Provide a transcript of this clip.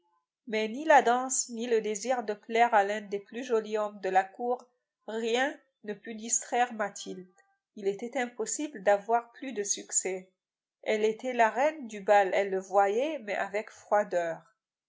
mais ni la danse ni le désir de plaire à l'un des plus jolis hommes de la cour rien ne put distraire mathilde il était impossible d'avoir plus de succès elle était la reine du bal elle le voyait mais avec froideur